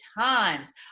times